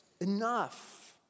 enough